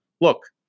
look